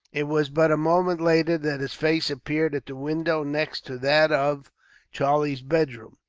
it was but a moment later that his face appeared at the window next to that of charlie's bedroom.